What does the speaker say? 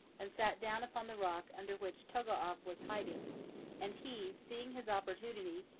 and sat down upon the rock under which togo'av was hiding and he, seeing his opportunity,